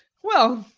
well,